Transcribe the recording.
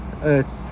us